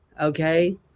okay